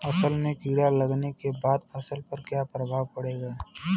असल में कीड़ा लगने के बाद फसल पर क्या प्रभाव पड़ेगा?